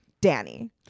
danny